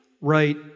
right